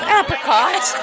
apricot